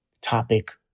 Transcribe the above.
topic